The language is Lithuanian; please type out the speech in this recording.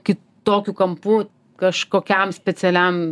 kitokiu kampu kažkokiam specialiam